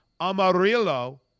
Amarillo